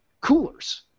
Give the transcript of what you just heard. coolers